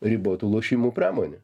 ribotų lošimų pramonė